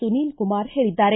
ಸುನೀಲ್ಕುಮಾರ್ ಹೇಳಿದ್ದಾರೆ